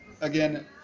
again